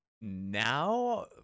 Now